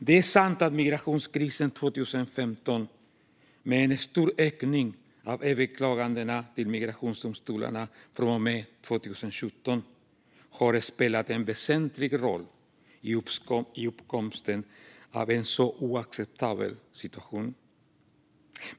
Det är sant att migrationskrisen 2015, med en stor ökning av överklagandena till migrationsdomstolarna från och med 2017, har spelat en väsentlig roll i uppkomsten av en så oacceptabel situation.